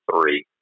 three